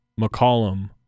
McCollum